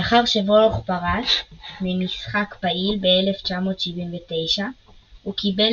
לאחר שוולך פרש ממשחק פעיל ב-1979 הוא קיבל